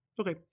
Okay